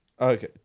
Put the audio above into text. Okay